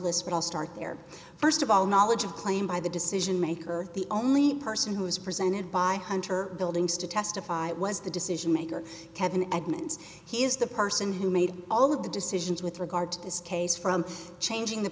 list but i'll start there first of all knowledge of claim by the decision maker the only person who is presented by hunter buildings to testify was the decision maker kevin edmunds he is the person who made all of the decisions with regard to this case from changing the